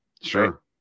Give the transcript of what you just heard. Sure